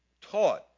taught